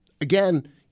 again